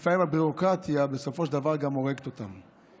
לפעמים גם הביורוקרטיה בסופו של דבר הורגת אותם.